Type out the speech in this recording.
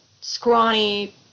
scrawny